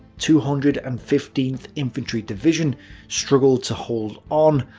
two hundred and fifteenth infantry division struggled to hold on,